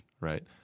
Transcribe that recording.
Right